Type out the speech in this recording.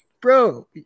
bro